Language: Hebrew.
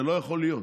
זה לא יכול להיות.